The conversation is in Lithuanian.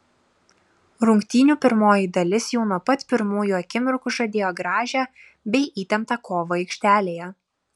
rungtynių pirmoji dalis jau nuo pat pirmųjų akimirkų žadėjo gražią bei įtemptą kovą aikštelėje